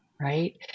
Right